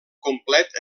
complet